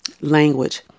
language